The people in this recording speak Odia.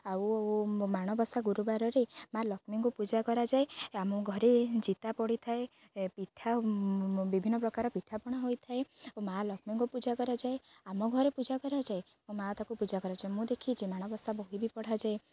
ଆଉ ମାଣବସା ଗୁରୁବାରରେ ମା ଲକ୍ଷ୍ମୀଙ୍କୁ ପୂଜା କରାଯାଏ ଆମ ଘରେ ଚିତା ପଡ଼ିଥାଏ ପିଠା ବିଭିନ୍ନ ପ୍ରକାର ପିଠାପଣା ହୋଇଥାଏ ଓ ମାଆ ଲକ୍ଷ୍ମୀଙ୍କୁ ପୂଜା କରାଯାଏ ଆମ ଘରେ ପୂଜା କରାଯାଏ ମୋ ମା ତାକୁ ପୂଜା କରାଯାଏ ମୁଁ ଦେଖିଛି ମାଣବସା ବହି ବି ପଢ଼ାଯାଏ